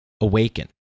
awaken